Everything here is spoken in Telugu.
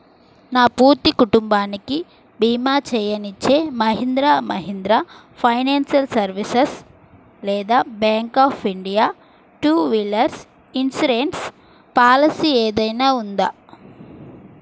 నా పూర్తి కుటుంబానికి భీమా చేయనిచ్చే మహీంద్రా మహీంద్రా ఫైనాన్షియల్ సర్వీసెస్ లేదా bank of India two wheelers insurance policy ఏదైనా ఉందా